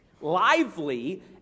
lively